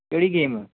ਕਿਹੜੀ ਗੇਮ